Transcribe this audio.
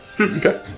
Okay